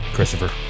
Christopher